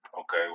Okay